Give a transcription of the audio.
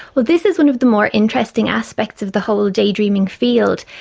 well, this is one of the more interesting aspects of the whole daydreaming field,